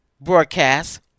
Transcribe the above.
broadcast